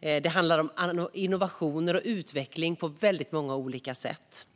Det handlar om innovationer och utveckling på så många olika sätt.